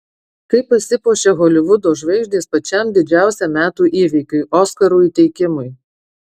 kaip pasipuošia holivudo žvaigždės pačiam didžiausiam metų įvykiui oskarų įteikimui